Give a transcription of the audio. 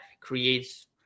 creates